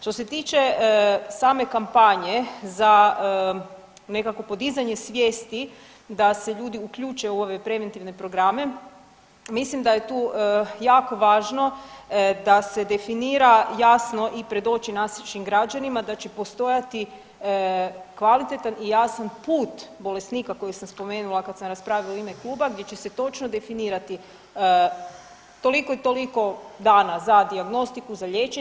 Što se tiče same kampanje za nekakvo podizanje svijesti da se ljudi uključe u ove preventivne programe mislim da je tu jako važno da se definira jasno i predoči našim građanima da će postojati kvalitetan i jasan put bolesnika koji sam spomenula kada sam raspravljala u ime kluba, gdje će se točno definirati toliko i toliko dana za dijagnostiku, za liječenje.